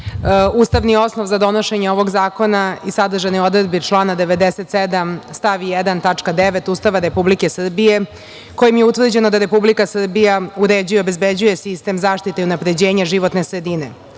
zakona. Ustavni osnov za donošenje ovog zakona i sadržane odredbe člana 97. stav 1. tačka 9. Ustava Republike Srbije kojim je utvrđeno da Republika Srbija uređuje, obezbeđuje sistem zaštite i unapređenje životne sredine.